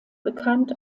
bekannt